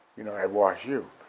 you know, at wash u.